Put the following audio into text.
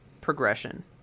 progression